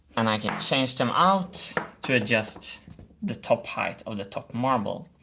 and i can change them out to adjust the top height of the top marble,